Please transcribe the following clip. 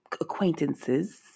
acquaintances